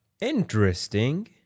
Interesting